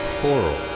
Coral